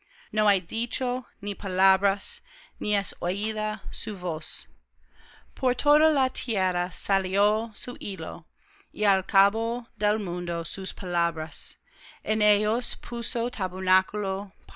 no hay dicho ni palabras ni es oída su voz por toda la tierra salió su hilo y al cabo del mundo sus palabras en ellos puso tabernáculo